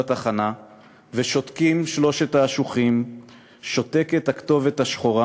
התחנה / ושותקים שלושת האשוחים / שותקת הכתובת השחורה